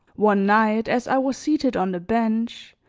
one night, as i was seated on the bench,